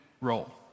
role